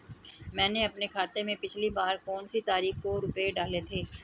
मैंने अपने खाते में पिछली बार कौनसी तारीख को रुपये डाले थे?